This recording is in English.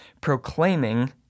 proclaiming